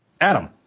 Adam